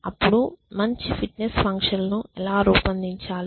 అప్పుడు మంచి fitness function ల ను ఎలా రూపొందించాలి